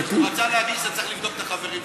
הוא רצה להגיד שאתה צריך לבדוק את החברים שלך.